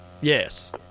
Yes